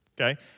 okay